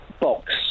Box